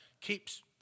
keeps